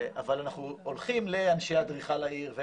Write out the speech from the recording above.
אבל אנחנו הולכים לאנשי אדריכל העיר.